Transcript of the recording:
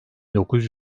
dokuz